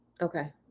Okay